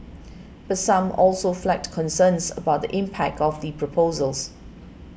but some also flagged concerns about the impact of the proposals